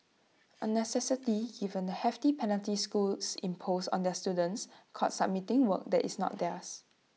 A necessity given the hefty penalties schools impose on their students caught submitting work that is not theirs